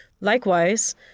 Likewise